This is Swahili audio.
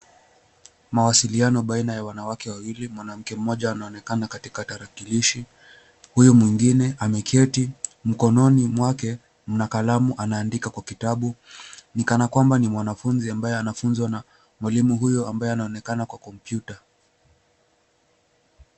Mawasiliano baina ya wanawake wawili, mwanamke mmoja anaonekana katika tarakilishi. Huyu mwingine ameketi, mkononi mwake mna kalamu anaandika kwa kitabu, ni kanakwamba ni mwanafunzi ambaye anafunzwa na mwalimu huyu ambaye anaonekana kwa kompyuta.